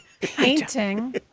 painting